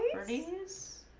reasons,